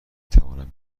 توانم